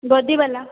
ଗଦି ଵାଲା